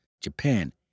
Japan